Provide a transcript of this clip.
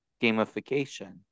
gamification